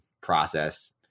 process